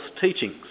teachings